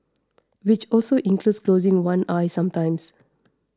which also includes closing one eye sometimes